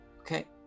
Okay